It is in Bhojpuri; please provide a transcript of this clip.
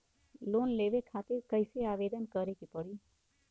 लोन लेवे खातिर कइसे आवेदन करें के पड़ी?